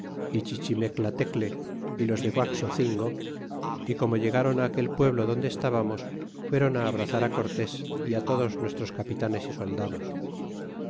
chichimeclatecle y los de guaxocingo y como llegáron aquel pueblo donde estábamos fueron á abrazar y todos nuestros capitanes y soldados